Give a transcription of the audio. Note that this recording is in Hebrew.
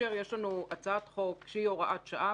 כאשר יש לנו הצעת חוק שהיא הוראת שעה,